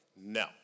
no